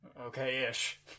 okay-ish